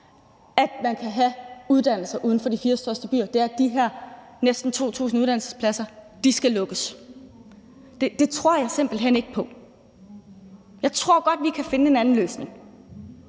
at man kan have uddannelser uden for de fire største byer, altså at de her næsten 2.000 uddannelsespladser skal lukkes – det tror jeg simpelt hen ikke på. Jeg tror godt, vi kan finde en anden løsning.